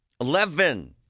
Eleven